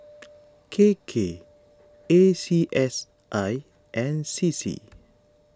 K K A C S I and C C